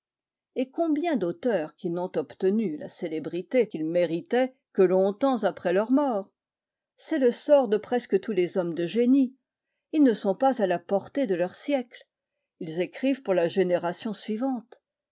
et combien d'auteurs qui n'ont obtenu la célébrité qu'ils méritaient que longtemps après leur mort c'est le sort de presque tous les hommes de génie ils ne sont pas à la portée de leur siècle ils écrivent pour la génération suivante